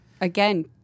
Again